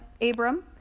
Abram